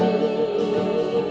he